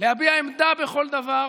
להביע עמדה בכל דבר,